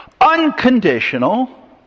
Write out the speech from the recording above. Unconditional